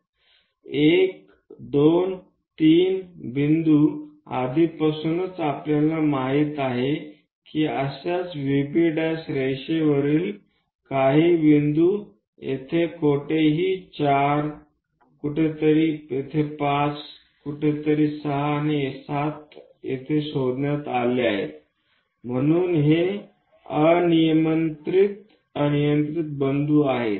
1 2 3 बिंदू आधीपासूनच आपल्याला माहित आहे की अशाच VB' रेषेवरील काही बिंदू येथे कोठेही 4 कुठेतरी येथे 5 कुठेतरी 6 आणि 7 येथे शोधण्यात आले आहेत म्हणून हे अनियंत्रित बिंदू आहेत